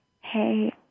hey